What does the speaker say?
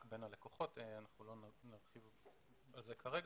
בין הלקוחות אבל לא נרחיב על כך כרגע.